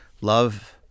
love